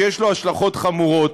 שיש לו השלכות חמורות.